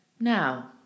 Now